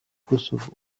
kosovo